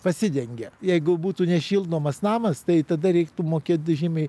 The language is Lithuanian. pasidengia jeigu būtų nešildomas namas tai tada reiktų mokėt žymiai